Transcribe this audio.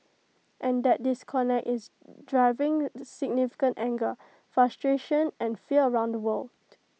and that disconnect is driving significant anger frustration and fear around the world